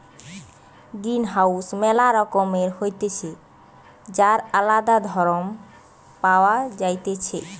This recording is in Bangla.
গ্রিনহাউস ম্যালা রকমের হতিছে যার আলদা ধরণ পাওয়া যাইতেছে